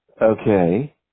Okay